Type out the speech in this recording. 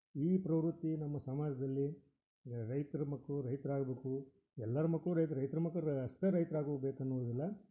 ಈ ಪ್ರವೃತ್ತಿ ನಮ್ಮ ಸಮಾಜದಲ್ಲಿ ರೈತ್ರ ಮಕ್ಕಳು ರೈತರು ಆಗಬೇಕು ಎಲ್ಲರ ಮಕ್ಕಳು ರೈತರೇ ರೈತ್ರ ಮಕ್ಕಳು ಅಷ್ಟೇ ರೈತರು ಆಗೋಗ್ಬೇಕು ಅನ್ನೋದಿಲ್ಲ